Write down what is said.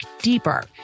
deeper